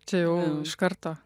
čia jau iš karto